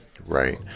right